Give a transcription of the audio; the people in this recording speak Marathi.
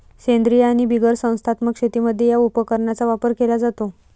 सेंद्रीय आणि बिगर संस्थात्मक शेतीमध्ये या उपकरणाचा वापर केला जातो